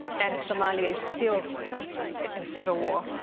and somalia is still in civil war.